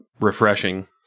refreshing